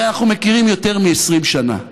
הרי אנחנו מכירים יותר מ-20 שנה.